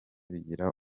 bigira